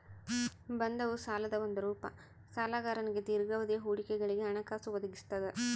ಬಂಧವು ಸಾಲದ ಒಂದು ರೂಪ ಸಾಲಗಾರನಿಗೆ ದೀರ್ಘಾವಧಿಯ ಹೂಡಿಕೆಗಳಿಗೆ ಹಣಕಾಸು ಒದಗಿಸ್ತದ